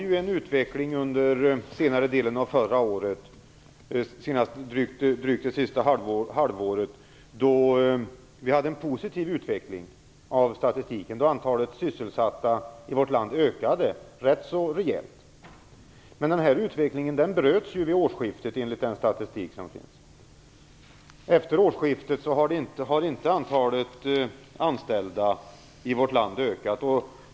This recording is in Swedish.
Under senare delen av förra året hade vi en positiv utveckling av statistiken, då antalet sysselsatta i vårt land ökade rätt rejält. Men denna utveckling bröts vid årsskiftet, enligt den statistik som finns. Efter årsskiftet har antalet anställda i vårt land inte ökat.